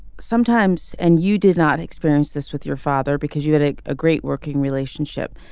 sometimes. and you did not experience this with your father because you had a ah great working relationship.